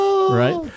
Right